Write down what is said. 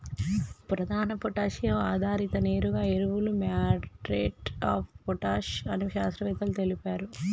ప్రధాన పొటాషియం ఆధారిత నేరుగా ఎరువులు మ్యూరేట్ ఆఫ్ పొటాష్ అని శాస్త్రవేత్తలు తెలిపారు